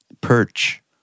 perch